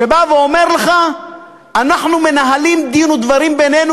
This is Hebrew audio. שבא ואומר לך: אנחנו מנהלים דין ודברים בינינו